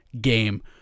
game